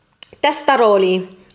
testaroli